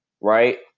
right